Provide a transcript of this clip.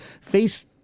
face